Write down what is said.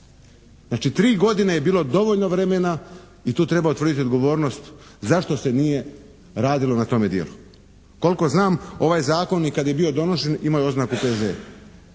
Znači, 3 godine je bilo dovoljno vremena i tu treba utvrditi odgovornost zašto se nije radilo na tome dijelu. Koliko znam ovaj zakon i kad je bio donošen imao je oznaku P.Z.